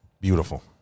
Beautiful